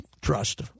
trust